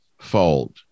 fold